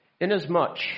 Inasmuch